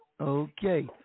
Okay